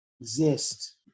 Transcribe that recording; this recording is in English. exist